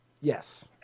Yes